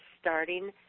starting